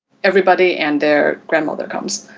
everybody and their grandmother comes.